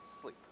sleep